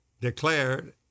declared